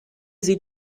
sie